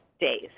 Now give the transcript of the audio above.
days